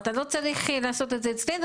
אתה לא צריך לעשות את זה אצלנו,